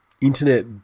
internet